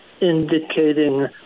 indicating